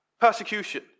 persecution